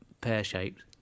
pear-shaped